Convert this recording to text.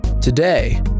Today